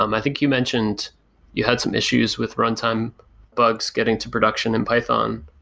um i think you mentioned you had some issues with runtime bugs getting to production in python.